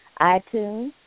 iTunes